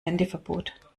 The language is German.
handyverbot